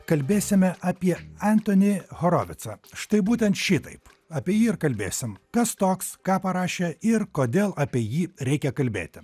kalbėsime apie entonį horovicą štai būtent šitaip apie jį ir kalbėsim kas toks ką parašė ir kodėl apie jį reikia kalbėti